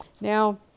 Now